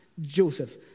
Joseph